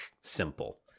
simple